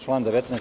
Član 19.